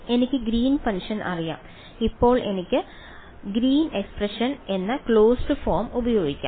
എനിക്ക് Green's function അറിയാം ഇപ്പോൾ എനിക്ക് ഗ്രീൻ എക്സ്പ്രെഷൻ എന്ന ക്ലോസ്ഡ് ഫോം ഉപയോഗിക്കാം